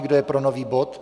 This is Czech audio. Kdo je pro nový bod?